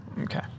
Okay